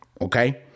Okay